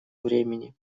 времени